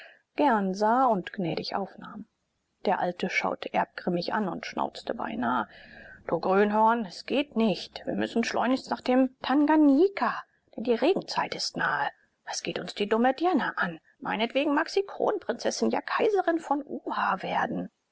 gern sah und gnädig aufnahm der alte schaute erb grimmig an und schnauzte beinahe du grünhorn es geht nicht wir müssen schleunigst nach dem tanganjika denn die regenzeit ist nahe was geht uns die dumme dirne an meinetwegen mag sie kronprinzessin ja kaiserin von uha werden